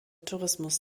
tourismus